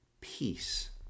peace